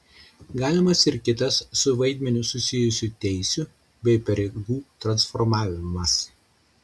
galimas ir kitas su vaidmeniu susijusių teisių bei pareigų transformavimas